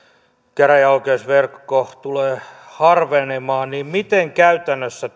käräjäoikeusverkko tulee harvenemaan niin miten käytännössä